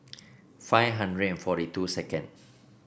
five hundred and forty two second